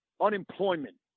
unemployment